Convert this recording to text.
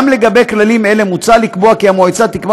גם לגבי כללים אלה מוצע לקבוע כי המועצה תקבע